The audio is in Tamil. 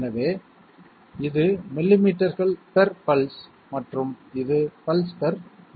எனவே இது மில்லிமீட்டர்கள் பெர் பல்ஸ் மற்றும் இது பல்ஸ் பெர் மினிட்